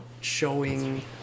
showing